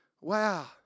wow